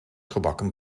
gebakken